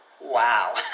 Wow